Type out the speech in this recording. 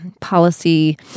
policy